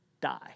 die